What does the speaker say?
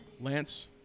Lance